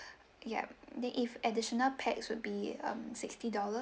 ya then if additional pax would be um sixty dollar